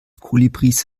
kolibris